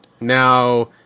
now